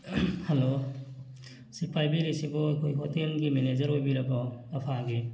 hello ꯁꯤ ꯄꯥꯏꯕꯤꯔꯤꯁꯤꯕꯣ ꯑꯩꯈꯣꯏ ꯍꯣꯇꯦꯜꯒꯤ ꯃꯦꯅꯦꯖꯔ ꯑꯣꯏꯕꯤꯔꯕꯣ ꯑꯐꯥꯒꯤ